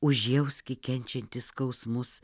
užjauski kenčiantį skausmus